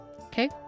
Okay